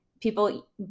people